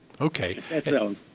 Okay